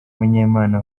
munyemana